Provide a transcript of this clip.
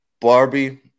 Barbie